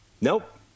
Nope